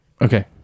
Okay